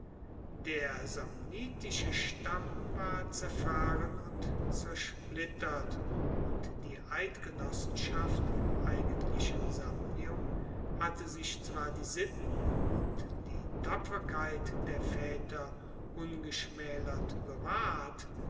der samnitische stamm war zerfahren und zersplittert und die eidgenossenschaft im eigentlichen samnium hatte sich zwar die sitten und die tapferkeit der vaeter ungeschmaelert bewahrt